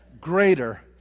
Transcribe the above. Greater